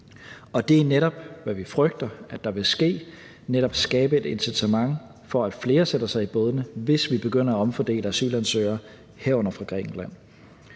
Og det er netop, hvad vi frygter vil ske, altså netop at der bliver skabt et incitament til, at flere sætter sig i bådene, hvis vi begynder at omfordele asylansøgere, herunder fra Grækenland.